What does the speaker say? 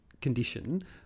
condition